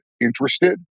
interested